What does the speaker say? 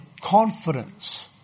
confidence